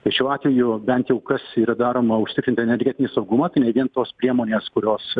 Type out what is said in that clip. tai šiuo atveju bent jau kas yra daroma užtikrinti energetinį saugumą tai ne vien tos priemonės kurios